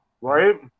Right